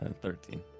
Thirteen